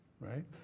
right